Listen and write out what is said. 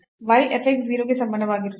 y f x 0 ಗೆ ಸಮಾನವಾಗಿರುತ್ತದೆ